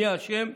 מי אשם?